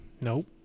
Nope